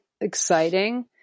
exciting